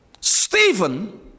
Stephen